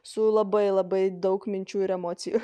su labai labai daug minčių ir emocijų